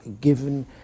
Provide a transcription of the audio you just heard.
given